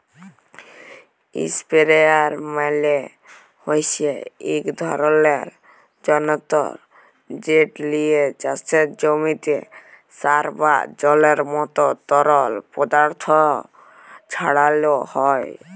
ইসপেরেয়ার মালে হছে ইক ধরলের জলতর্ যেট লিয়ে চাষের জমিতে সার বা জলের মতো তরল পদাথথ ছড়ালো হয়